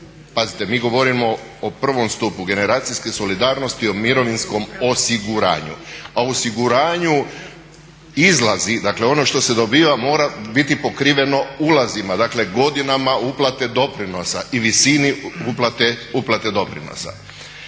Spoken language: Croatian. pazite mi govorimo o prvom stupu generacijske solidarnosti o mirovinskom osiguranju, a u osiguranju izlazi dakle ono što se dobiva mora biti pokriveno ulazima, dakle godinama uplate doprinosa i visini uplate doprinosa.